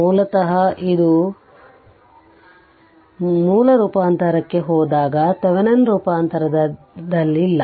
ಮೂಲತಃ ಇದು ಮೂಲ ರೂಪಾಂತರಕ್ಕೆ ಹೋದಾಗ ಥೆವೆನಿನ್ ರೂಪಾಂತರದಲ್ಲಿಲ್ಲ